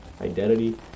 identity